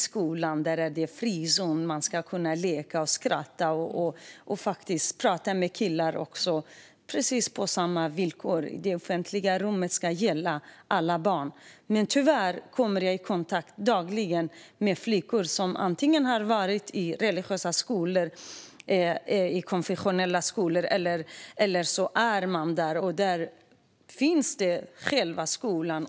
Skolan ska vara en frizon där flickor ska kunna leka, skratta och faktiskt även prata med killar på samma villkor som andra. Det offentliga rummet ska gälla alla barn. Tyvärr kommer jag dagligen i kontakt med flickor som antingen har gått i konfessionella skolor eller också går där, och där finns detta i själva skolan.